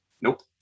nope